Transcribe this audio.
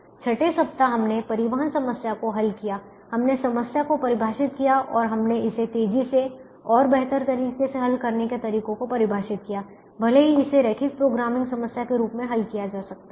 छठे सप्ताह हमने परिवहन समस्या को हल किया हमने समस्या को परिभाषित किया और हमने इसे तेजी से और बेहतर तरीके से हल करने के तरीकों को परिभाषित किया भले ही इसे रैखिक प्रोग्रामिंग समस्या के रूप में हल किया जा सकता है